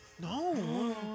No